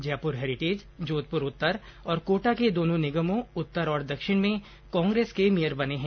Jaipur heritage Jodhpur उत्तर और कोटा के दोनों निगमों उत्तर और दक्षिण में कांग्रेस के मेयर बने हैं